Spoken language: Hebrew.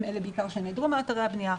הם אלה בעיקר שנעדרו מאתרי הבנייה.